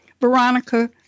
Veronica